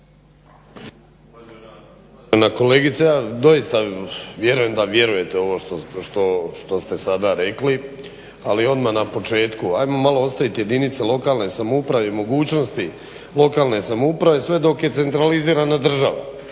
Uvažena kolegice ja doista vjerujem u ovo što ste sada rekli, ali odmah na početku hajmo malo ostaviti jedinice lokalne samouprave i mogućnosti lokalne samouprave sve dok je centralizirana država